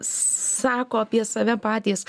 sako apie save patys